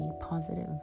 positive